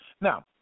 Now